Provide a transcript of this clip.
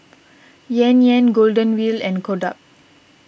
Yan Yan Golden Wheel and Kodak